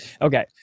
Okay